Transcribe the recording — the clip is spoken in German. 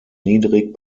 niedrig